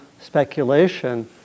speculation